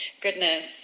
goodness